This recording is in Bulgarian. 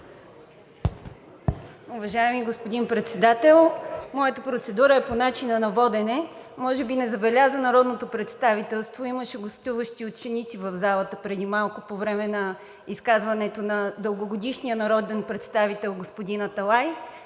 Уважаеми господин Председател, моята процедура е по начина на водене. Може би не забеляза народното представителство, имаше гостуващи ученици в залата преди малко, по време на изказването на дългогодишния народен представител господин Аталай.